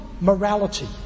morality